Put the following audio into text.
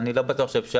אני לא בטוח שאפשר.